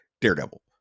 Daredevil